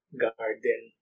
garden